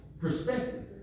Perspective